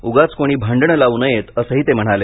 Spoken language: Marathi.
उगाच कोणी भांडणे लावू नयेत असंही ते म्हणाले